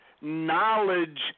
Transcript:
knowledge